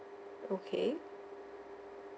okay